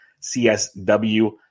CSW